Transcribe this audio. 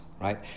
right